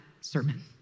sermon